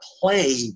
play